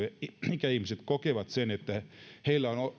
ikäihmiset kokevat että